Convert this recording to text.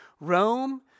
Rome